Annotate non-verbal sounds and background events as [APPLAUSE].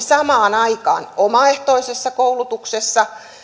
[UNINTELLIGIBLE] samaan aikaan omaehtoisessa koulutuksessa